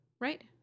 right